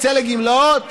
יצא לגמלאות?